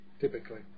typically